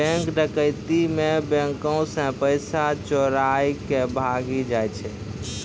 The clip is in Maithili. बैंक डकैती मे बैंको से पैसा चोराय के भागी जाय छै